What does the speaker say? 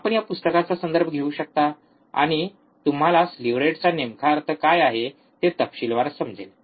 आपण या पुस्तकाचा संदर्भ घेऊ शकता आणि तुम्हाला स्लीव्ह रेटचा नेमका अर्थ काय आहे ते तपशीलवार समजेल